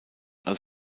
als